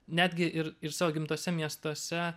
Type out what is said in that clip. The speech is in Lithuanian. netgi ir ir savo gimtuose miestuose